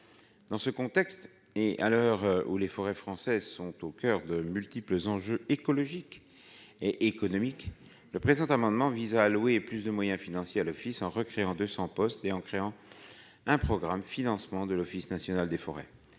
dans ce contexte et à l'heure où les forêts françaises sont au coeur de multiples enjeux écologiques et économiques le présent amendement vise à louer et plus de moyens financiers à l'office, en recréant 200 postes et en créant un programme financement de l'Office national des forêts,